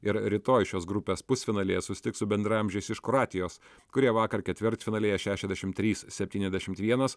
ir rytoj šios grupės pusfinalyje susitiks su bendraamžiais iš kroatijos kurie vakar ketvirtfinalyje šašiadešim trys septyniadešimt vienas